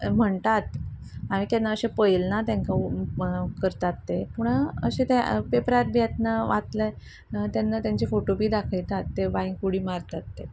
म्हणटात हांवें केन्ना अशें पळयला तांकां करतात ते पूण अशे पेपरार बी येतना वाचलें तेन्ना तांची फोटो बी दाखयतात ते बांय उडी मारतात ते